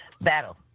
battle